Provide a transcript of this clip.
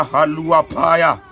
Haluapaya